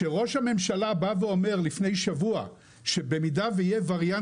כשראש הממשלה בא ואמר לפני שבוע שבמידה יהיה ווריאנט